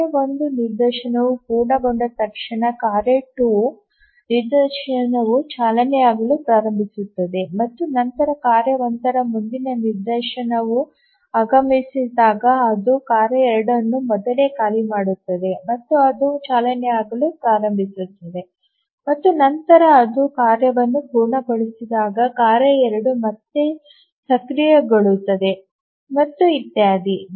ಕಾರ್ಯ 1 ನಿದರ್ಶನಗಳು ಪೂರ್ಣಗೊಂಡ ತಕ್ಷಣ ಕಾರ್ಯ 2 ನಿದರ್ಶನವು ಚಾಲನೆಯಾಗಲು ಪ್ರಾರಂಭಿಸುತ್ತದೆ ಮತ್ತು ನಂತರ ಕಾರ್ಯ 1 ರ ಮುಂದಿನ ನಿದರ್ಶನವು ಆಗಮಿಸಿದಾಗ ಅದು ಕಾರ್ಯ 2 ಅನ್ನು ಮೊದಲೇ ಖಾಲಿ ಮಾಡುತ್ತದೆ ಮತ್ತು ಅದು ಚಾಲನೆಯಾಗಲು ಪ್ರಾರಂಭಿಸುತ್ತದೆ ಮತ್ತು ನಂತರ ಅದು ಕಾರ್ಯವನ್ನು ಪೂರ್ಣಗೊಳಿಸಿದಾಗ ಕಾರ್ಯ 2 ಮತ್ತೆ ಸಕ್ರಿಯಗೊಳ್ಳುತ್ತದೆ ಮತ್ತು ಇತ್ಯಾದಿ